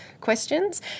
questions